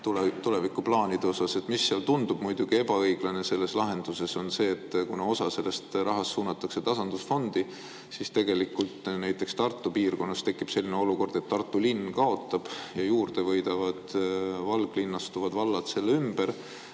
ka siin seda vastata. Mis seal tundub ebaõiglane selles lahenduses, on muidugi see, et kuna osa sellest rahast suunatakse tasandusfondi, siis tegelikult näiteks Tartu piirkonnas tekib selline olukord, et Tartu linn kaotab ja võidavad valglinnastuvad vallad selle ümber.